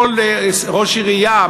כל ראש עירייה,